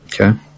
Okay